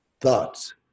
thoughts